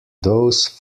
those